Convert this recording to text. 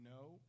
no